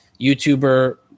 YouTuber